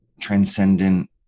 transcendent